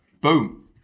Boom